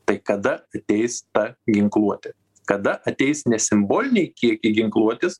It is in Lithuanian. tai kada ateis ta ginkluotė kada ateis ne simboliniai kiekiai ginkluotės